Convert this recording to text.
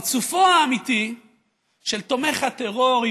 פרצופו האמיתי של תומך הטרור,